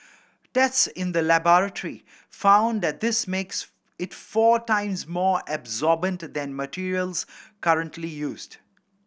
tests in the laboratory found that this makes it four times more absorbent than materials currently used